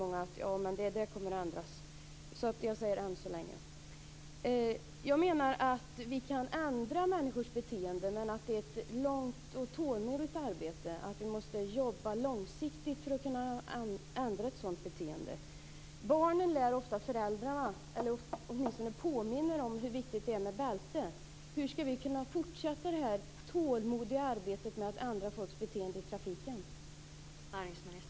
Många säger att den siffran kommer att ändras. Jag menar att det går att ändra människors beteende, men att det är ett långt och tålamodskrävande arbete. Vi måste jobba långsiktigt. Barnen påminner ofta föräldrarna om hur viktigt det är med bälte. Hur skall vi fortsätta det tålamodskrävande arbetet att ändra folks beteende i trafiken?